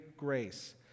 grace